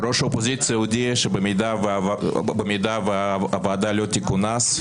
ראש האופוזיציה הודיע שאם הוועדה לא תכונס,